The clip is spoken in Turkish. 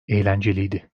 eğlenceliydi